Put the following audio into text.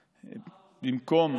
קטן במקום,